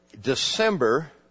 December